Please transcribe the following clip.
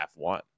F1